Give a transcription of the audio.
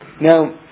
Now